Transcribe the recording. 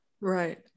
right